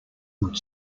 would